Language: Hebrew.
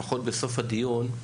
לפחות בסוף הדיון,